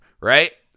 right